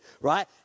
right